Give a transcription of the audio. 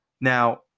Now